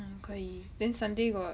mm 可以 then sunday got